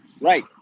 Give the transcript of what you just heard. Right